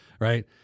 right